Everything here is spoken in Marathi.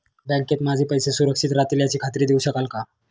बँकेत माझे पैसे सुरक्षित राहतील याची खात्री देऊ शकाल का?